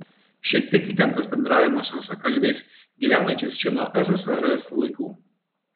šiek tiek įtemptas bendravimas su rusakalbiais gyvenančiais čia nuo ssrs laikų